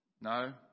No